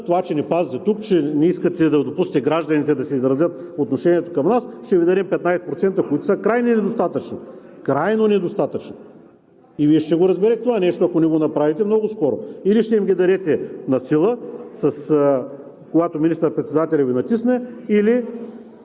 това, че ни пазите тук, че не искате да допуснете гражданите да си изразят отношението към нас – ще Ви дадем 15%, които са крайно недостатъчни. Крайно недостатъчни! И Вие ще го разберете това нещо много скоро, ако не го направите – или ще им ги дадете насила, когато министър-председателят Ви натисне, или